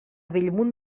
bellmunt